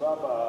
שבישיבה הבאה,